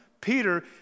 Peter